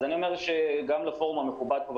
אז אני אומר גם לפורום המכובד פה,